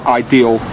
ideal